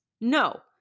No